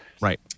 right